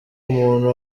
umuntu